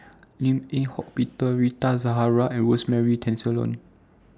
Lim Eng Hock Peter Rita Zahara and Rosemary Tessensohn